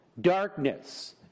darkness